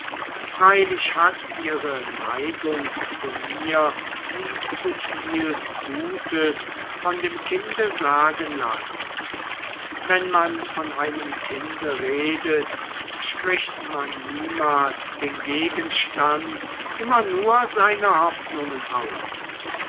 freilich hat ihre neigung zu mir sie zu viel gutes von dem kinde sagen lassen wenn man von einem kinde redet spricht man niemals den gegenstand immer nur seine hoffnungen aus